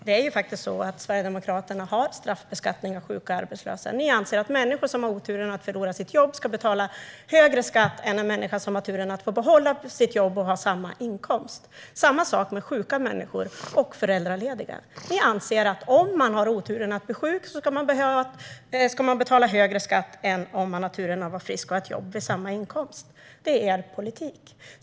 Fru talman! Sverigedemokraterna har faktiskt en straffbeskattning av sjuka och arbetslösa. Ni anser att människor som har oturen att förlora sitt jobb ska betala högre skatt än människor som har turen att få behålla sitt jobb och ha samma inkomst. Detsamma gäller sjuka människor och föräldralediga. Ni anser att om man har oturen att bli sjuk ska man betala högre skatt än om man har turen att vara frisk och ha ett jobb och samma inkomst. Det är er politik.